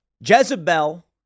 Jezebel